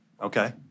Okay